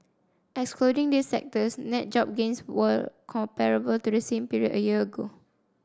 excluding these sectors net job gains were comparable to the same period a year ago